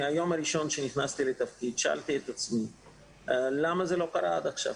מהיום הראשון שנכנסתי לתפקיד שאלתי את עצמי למה זה לא קרה עד עכשיו?